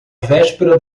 véspera